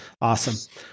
Awesome